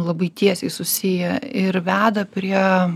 labai tiesiai susiję ir veda prie